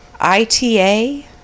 ita